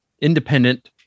independent